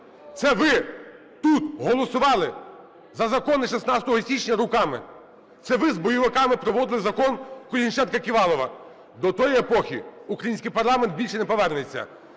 це ви тут голосували за закони 16 січня руками, це ви з бойовиками проводили закон Колесніченка-Ківалова. До тієї епохи український парламент більше не повернеться.